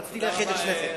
רציתי לייחד את שניכם.